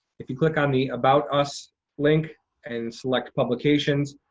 if you click on the about us link and select publications,